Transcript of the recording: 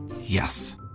Yes